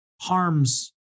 harms